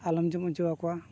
ᱟᱞᱚᱢ ᱡᱚᱢ ᱦᱚᱪᱚ ᱟᱠᱚᱣᱟ